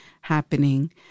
happening